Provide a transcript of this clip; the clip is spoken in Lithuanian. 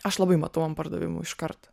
aš labai matau ant pardavimų iš karto